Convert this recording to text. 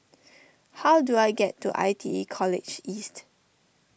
how do I get to I T E College East